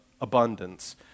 abundance